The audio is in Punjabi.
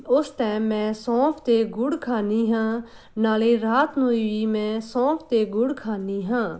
ਉਸ ਟਾਈਮ ਮੈਂ ਸੌਂਫ ਅਤੇ ਗੁੜ ਖਾਂਦੀ ਹਾਂ ਨਾਲ ਰਾਤ ਨੂੰ ਵੀ ਮੈਂ ਸੌਂਫ ਅਤੇ ਗੁੜ ਖਾਂਦੀ ਹਾਂ